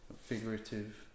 figurative